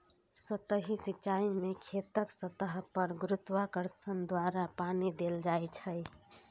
सतही सिंचाइ मे खेतक सतह पर गुरुत्वाकर्षण द्वारा पानि देल जाइ छै